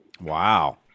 Wow